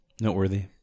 Noteworthy